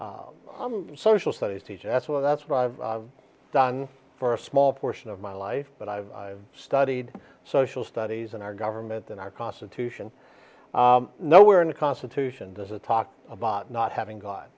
right social studies teacher that's what that's what i've done for a small portion of my life but i've studied social studies in our government and our constitution nowhere in the constitution does it talk about not having god